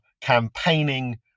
campaigning